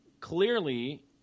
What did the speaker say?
Clearly